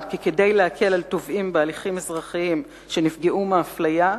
כדי להקל על תובעים בהליכים אזרחיים שנפגעו מאפליה,